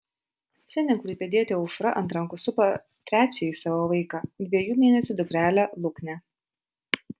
šiandien klaipėdietė aušra ant rankų supa trečiąjį savo vaiką dviejų mėnesių dukrelę luknę